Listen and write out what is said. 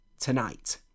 tonight